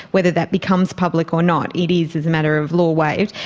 whether that becomes public or not, it is as a matter of law waived.